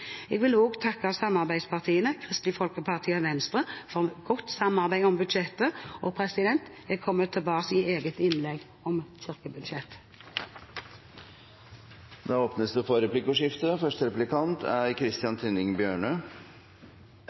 Jeg vil også takke samarbeidspartiene Kristelig Folkeparti og Venstre for et godt samarbeid om budsjettet. Jeg kommer tilbake med eget innlegg om kirkebudsjettet. Det blir replikkordskifte. Jeg begynner å bli litt lei av at vi hele tiden snakker om at lærerne er